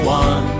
one